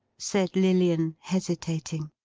said lilian, hesitating.